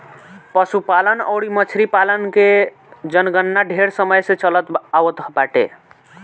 पशुपालन अउरी मछरी पालन के जनगणना ढेर समय से चलत आवत बाटे